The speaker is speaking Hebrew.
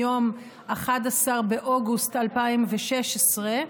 מיום 11 באוגוסט 2016,